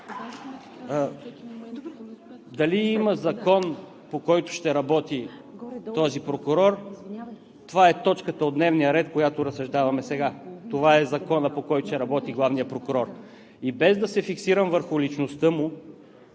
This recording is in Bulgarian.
Дали има закон, по който ще работи този прокурор, това е точката от дневния ред, по която разсъждаваме сега. Това е законът, по който ще работи главният прокурор. И без да се фиксирам върху личността му,